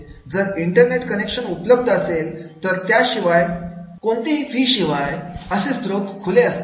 जर internet connection उपलब्ध असेल तर कोणत्याही फी शिवाय असे स्त्रोत खुले असतात